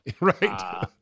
right